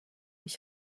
ich